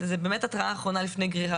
זה באמת התראה אחרונה לפני גרירה.